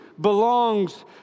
belongs